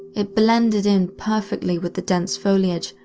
it blended in perfectly with the dense foliage,